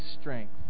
strength